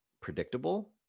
predictable